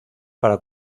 para